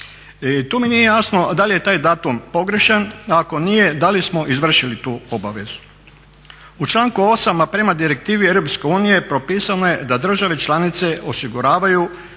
Tu mi nije jasno da li je taj datum pogrešan, a ako nije da li smo izvršili tu obavezu? U članku 8. a prema direktivi EU propisano je da države članice osiguravaju